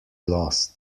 lost